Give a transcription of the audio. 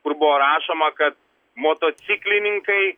kur buvo rašoma kad motociklininkai